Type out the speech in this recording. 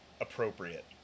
Appropriate